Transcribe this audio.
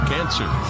Cancer